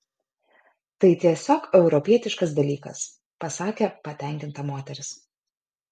tai tiesiog europietiškas dalykas pasakė patenkinta moteris